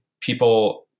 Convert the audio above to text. people